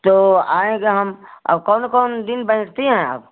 तो आएँगे हम और कौन कौन दिन बैठती हैं आप